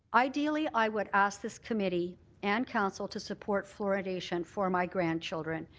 ideally i would ask this committee and council to support fluoridation for my grandchildren.